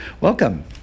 Welcome